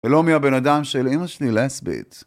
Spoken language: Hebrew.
ולא מהבן אדם של אמא שלי לסבית.